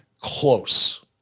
close